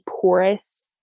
porous